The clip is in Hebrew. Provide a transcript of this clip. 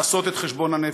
לעשות את חשבון הנפש.